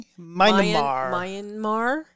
Myanmar